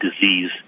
disease